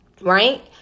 Right